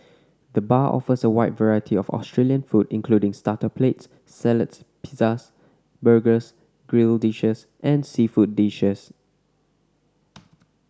the bar offers a wide variety of Australian food including starter plates salads pizzas burgers grill dishes and seafood dishes